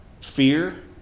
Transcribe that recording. fear